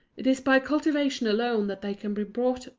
it is by cultivation alone that they can be brought,